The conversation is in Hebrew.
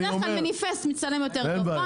בדרך כלל מניפסט מצטלם יותר טוב .